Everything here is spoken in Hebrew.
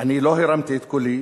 אני לא הרמתי את קולי